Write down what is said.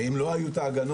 שאם לא היו את ההגנות,